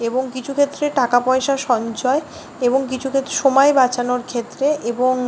এবং কিছু ক্ষেত্রে টাকা পয়সা সঞ্চয় এবং কিছু ক্ষেত্রে সময় বাঁচানোর ক্ষেত্রে এবং